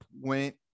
went